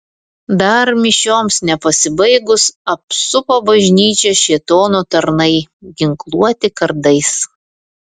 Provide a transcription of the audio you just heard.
dar mišioms nepasibaigus apsupo bažnyčią šėtono tarnai ginkluoti kardais